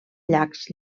llacs